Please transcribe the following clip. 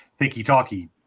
Thinky-talky